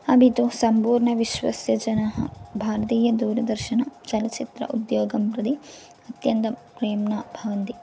अपि तु सम्पूर्णविश्वस्य जनाः भारतीयदूरदर्शनं चलच्चित्र उद्योगं प्रति अत्यन्तं प्रेम्णा भवन्ति